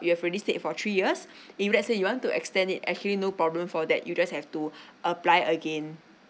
you have already stayed for three years if let's say you want to extend it actually no problem for that you just have to apply again